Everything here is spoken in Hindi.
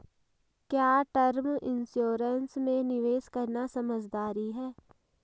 क्या टर्म इंश्योरेंस में निवेश करना समझदारी है?